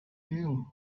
hill